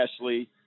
Ashley